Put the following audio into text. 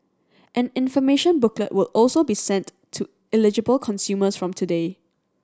an information booklet will also be sent to eligible consumers from today